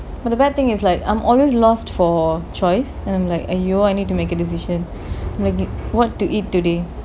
but the bad thing is like I'm always lost for choice and I'm like !aiyo! I need to make a decision making what to eat today